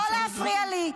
לא להפריע לי.